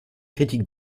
critique